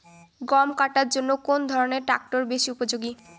গম কাটার জন্য কোন ধরণের ট্রাক্টর বেশি উপযোগী?